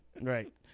Right